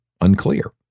Unclear